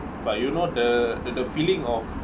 but you know the the the feeling of